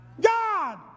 God